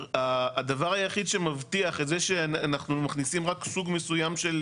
הדבר היחיד שמבטיח את זה שאנחנו מכניסים רק סוג מסוים של